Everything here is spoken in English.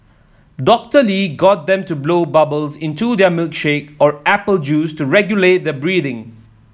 Doctor Lee got them to blow bubbles into their milkshake or apple juice to regulate their breathing